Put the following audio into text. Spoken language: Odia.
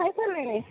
ଖାଇ ସାରିଲେଣି